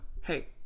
hey